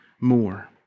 more